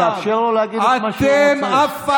חבר הכנסת קרעי, תאפשר לו להגיד את מה שהוא רוצה.